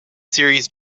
series